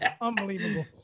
unbelievable